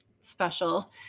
special